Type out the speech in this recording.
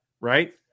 right